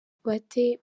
bate